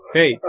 Hey